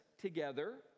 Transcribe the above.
together